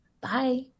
Bye